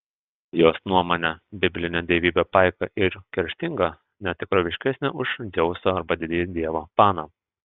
jos nuomone biblinė dievybė paika ir kerštinga ne tikroviškesnė už dzeusą arba didįjį dievą paną